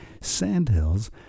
Sandhills